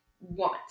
want